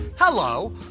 Hello